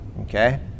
Okay